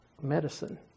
medicine